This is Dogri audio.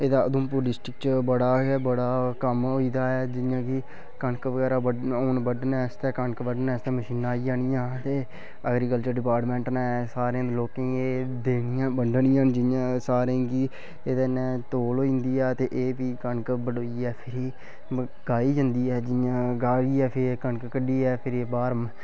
उधमपुर डिस्ट्रिक्ट च बड़ा गै कम्म होई दा ऐ जियां कि कनक बगैरा बडढने आस्तै कनक बडढने आस्तै मशीनां आई जानियां ते ऐगरीकल्चर डिपार्टमेंट नें सारे लोकें गी एह् देनियां बंडनियां न जि'यां सारें गी ऐह्दे कन्ने तौल होई जंदी ऐ ते एह् फ्ही कनक बडोइयै फ्ही मकाई जंदी ऐ जि'यां गाहियै फिर कनक कड्ढियै ते फ्हिरी बाह्र